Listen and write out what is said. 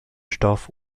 stoff